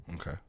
Okay